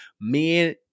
men